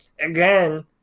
again